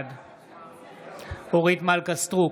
בעד אורית מלכה סטרוק,